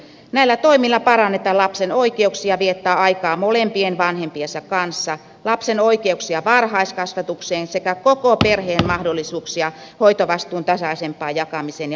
näillä toimilla parannetaan lapsen oikeuksia viettää aikaa molempien vanhempiensa kanssa lapsen oikeuksia varhaiskasvatukseen sekä koko perheen mahdollisuuksia hoitovastuun tasaisempaan jakamiseen ja parempaan toimeentuloon